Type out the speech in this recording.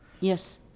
Yes